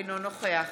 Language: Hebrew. אינו נוכח